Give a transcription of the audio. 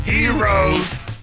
Heroes